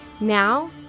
Now